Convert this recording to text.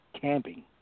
camping